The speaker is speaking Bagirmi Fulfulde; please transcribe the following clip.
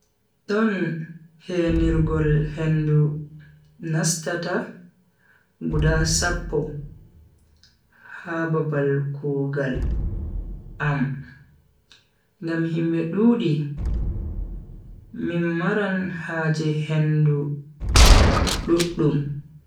Don heenirgol hendu nastata guda sappo ha babal kugal am ngam himbe dudi min maran haje hendu duddum.